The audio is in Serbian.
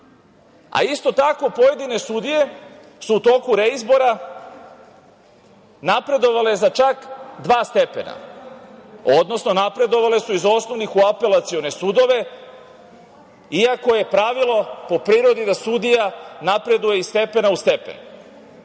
A, isto tako, pojedine sudije su u toku reizbora napredovale za čak dva stepena, odnosno napredovale su iz osnovnih u apelacione sudove, iako je pravilo po prirodi da sudija napreduje iz stepena u stepen. Sada